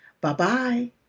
Bye-bye